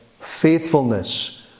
faithfulness